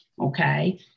okay